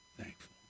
thankful